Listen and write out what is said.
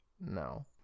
No